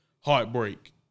heartbreak